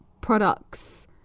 products